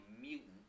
mutant